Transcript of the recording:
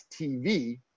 TV